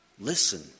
Listen